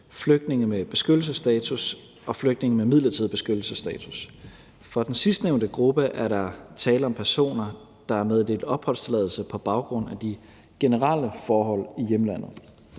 flygtninge med beskyttelsesstatus og flygtninge med midlertidig beskyttelsesstatus. For den sidstnævnte gruppe er der tale om personer, der er meddelt opholdstilladelse på baggrund af de generelle forhold i hjemlandet.